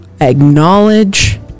acknowledge